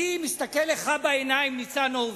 אני מסתכל לך בעיניים, ניצן הורוביץ,